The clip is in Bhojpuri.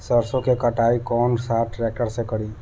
सरसों के कटाई कौन सा ट्रैक्टर से करी?